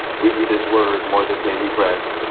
we need his word more than daily bread.